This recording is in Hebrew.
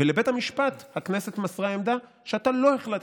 ולבית המשפט הכנסת מסרה עמדה שאתה לא החלטת.